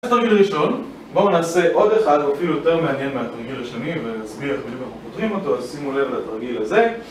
זה התרגיל הראשון, בואו נעשה עוד אחד, והוא אפילו יותר מעניין מהתרגיל השני, ונסביר איך בדיוק אנחנו פותרים אותו, אז שימו לב לתרגיל הזה